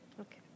Okay